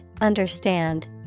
understand